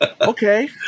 okay